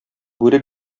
бүре